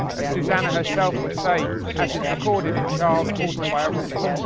as susannah herself would say, as it's recorded in charles' autobiography,